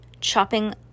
chopping